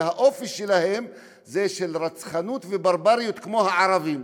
והאופי שלהם הוא של רצחנות וברבריות כמו הערבים.